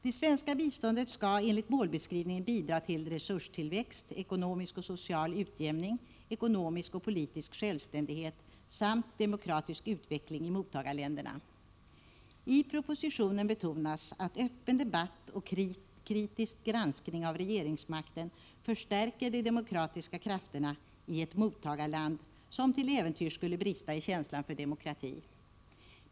Det svenska biståndet skall enligt målbeskrivningen bidra till resurstillväxt, ekonomisk och social utjämning, ekonomisk och politisk självständighet samt demokratisk utveckling i mottagarländerna. I propositionen betonas att öppen debatt och kritisk granskning av regeringsmakten förstärker de demokratiska krafterna i ett mottagarland som till äventyrs skulle brista i känslan för demokrati.